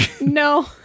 No